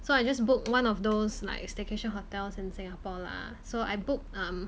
so I just book one of those like staycation hotels in Singapore lah so I book um